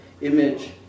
image